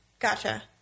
Gotcha